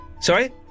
Sorry